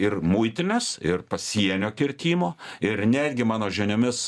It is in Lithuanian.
ir muitinės ir pasienio kirtimo ir netgi mano žiniomis